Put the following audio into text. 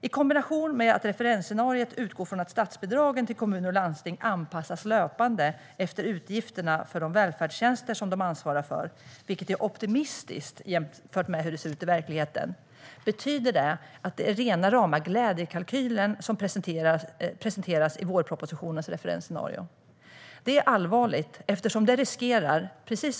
I kombination med att referensscenariot utgår från att statsbidragen till kommuner och landsting anpassas löpande efter utgifterna för de välfärdstjänster de ansvarar för, vilket är optimistiskt jämfört med hur det ser ut i verkligheten, betyder det att det är rena rama glädjekalkylen som presenteras i vårpropositionens referensscenario. Det är allvarligt, eftersom det innebär en risk.